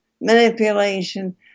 manipulation